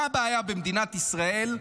מה הבעיה במדינת ישראל?